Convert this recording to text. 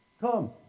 Come